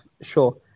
sure